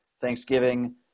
Thanksgiving